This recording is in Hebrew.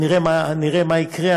נראה מה יקרה.